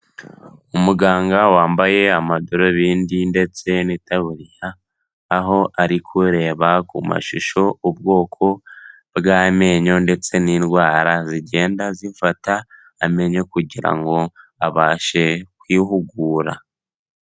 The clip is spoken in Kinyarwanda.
Umuganga wambaye amadarubindi ndetse n'itaburiya, aho ari kureba ku mashusho ubwoko bw'amenyo ndetse n'indwara zigenda zifata amenyo, kugira ngo abashe kwihugura.